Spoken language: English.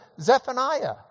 Zephaniah